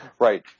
Right